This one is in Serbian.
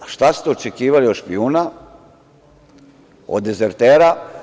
A šta ste očekivali od špijuna, od dezertera?